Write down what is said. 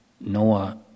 noah